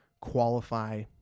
qualify